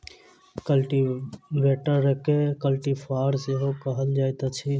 कल्टीवेटरकेँ कल्टी फार सेहो कहल जाइत अछि